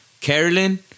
Carolyn